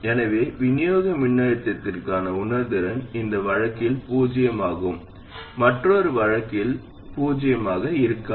எனவே விநியோக மின்னழுத்தத்திற்கான உணர்திறன் இந்த வழக்கில் பூஜ்ஜியமாகவும் மற்றொரு வழக்கில் பூஜ்ஜியமாக இருக்காது